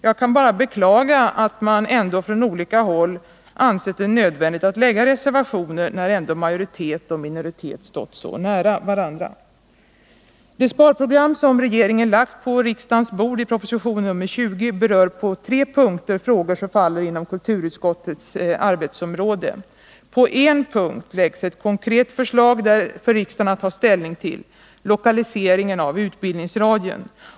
Jag kan bara beklaga att man från olika håll ansett det nödvändigt att lägga reservationer när ändå majoritet och minoritet stått så nära varandra. Det sparprogram som regeringen lagt på riksdagens bord i proposition nr 20 berör på tre punkter frågor som faller inom kulturutskottets arbetsområde. På en punkt läggs ett konkret förslag för riksdagen att ta ställning till — lokaliseringen av utbildningsradion.